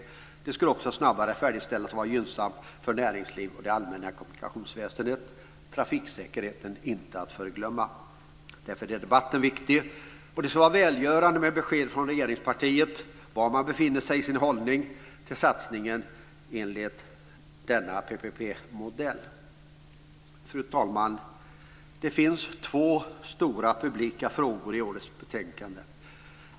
Vägarna skulle också färdigställas snabbare, vilket skulle vara gynnsamt för näringslivet och det allmänna kommunikationsväsendet - trafiksäkerheten inte att förglömma. Därför är debatten viktig och det skulle vara välgörande med besked från regeringspartiet om var man befinner sig i sin hållning till en satsning enligt denna Fru talman! Det finns två stora publika frågor i årets betänkande.